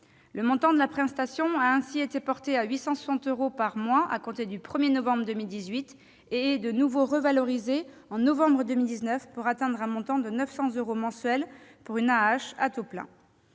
Le montant de la prestation a ainsi été porté à 860 euros par mois à compter au 1 novembre 2018 et il a été de nouveau revalorisé en novembre 2019 pour atteindre un montant de 900 euros mensuel pour une AAH à taux plein.